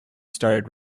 started